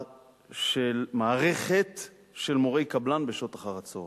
של מערכת של מורי קבלן בשעות אחר הצהריים,